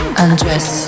undress